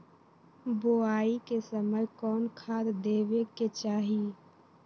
बोआई के समय कौन खाद देवे के चाही?